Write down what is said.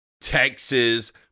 Texas